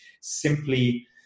Simply